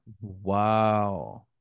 Wow